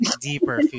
deeper